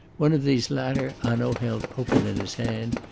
one of these latter hanaud held open in his hand,